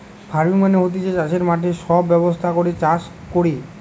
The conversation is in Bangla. ফার্মিং মানে হতিছে চাষের মাঠে সব ব্যবস্থা করে চাষ কোরে